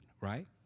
right